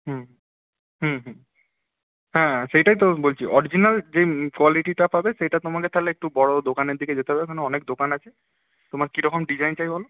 হুম হুম হুম হ্যাঁ সেইটাই তো বলছি অরিজিনাল যে কোয়ালিটিটা পাবে সেইটা তোমাকে তাহলে একটু বড়ো দোকানের দিকে যেতে হবে ওখানে অনেক দোকান আছে তোমার কীরকম ডিজাইন চাই বলো